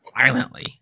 violently